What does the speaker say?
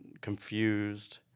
confused